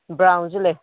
ꯕ꯭ꯔꯥꯎꯟꯁꯨ ꯂꯩ